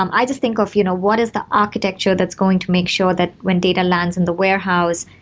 um i just think of you know what is the architecture that's going to make sure that when data lands in the warehouse,